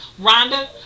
Rhonda